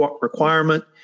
requirement